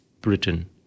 Britain